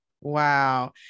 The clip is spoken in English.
wow